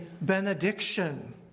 benediction